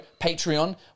Patreon